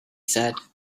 said